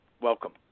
Welcome